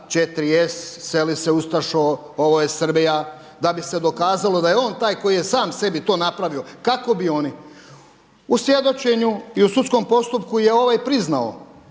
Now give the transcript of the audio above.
4s, seli se ustašo, ovo je Srbija da bi se dokazalo da je on taj koji je sam sebi to napravio kako bi oni. U svjedočenju i u sudskom postupku je ovaj priznao